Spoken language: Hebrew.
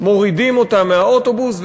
מורידים אותם מהאוטובוס,